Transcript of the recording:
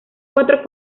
cuatro